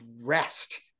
rest